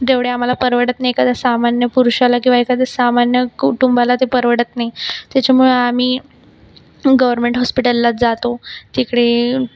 तेवढे आम्हाला परवडत नाही कारण सामान्य पुरुषाला किंवा एखाद्या सामान्य कुटुंबाला ते परवडत नाही त्याच्यामुळे आम्ही गवर्मेंट हॉस्पिटललाच जातो तिकडे